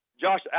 Josh